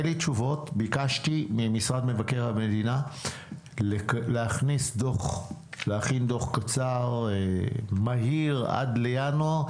ביקשתי ממשרד מבקר המדינה להכין דוח קצר ומהיר עד לינואר,